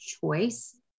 choice